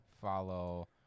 Follow